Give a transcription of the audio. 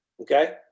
Okay